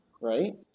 right